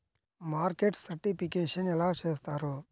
Market certification ఎలా చేస్తారు?